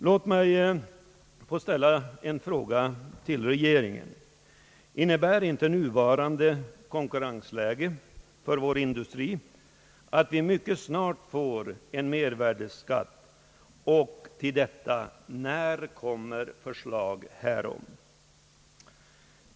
Låt mig få ställa en fråga till regeringen: innebär inte nuvarande konkurrensläge för vår industri, att vi mycket snart bör få en mervärdeskatt? När kommer ett förslag härom?